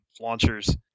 launchers